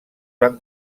van